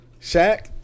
Shaq